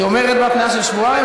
היא אומרת בהתניה של שבועיים,